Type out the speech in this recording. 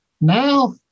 now